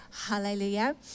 hallelujah